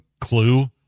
clue